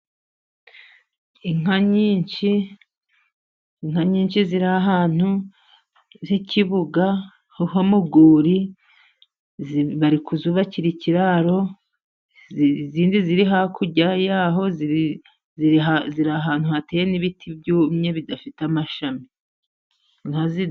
Inka nyinshi ziri ahantu h'ikibuga ho mu rwuri, bari kuzubakira ikiraro. Izindi ziri hakurya, ahantu hateye n'ibiti byumye bidafite amashami.